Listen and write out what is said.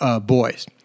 boys